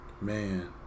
man